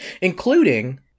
including